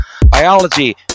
biology